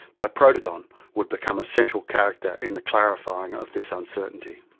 diprotodon would become a central character in the clarifying of this uncertainty.